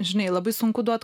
žinai labai sunku duot